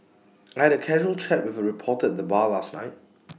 I had A casual chat with A reporter at the bar last night